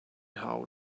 how